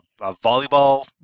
volleyball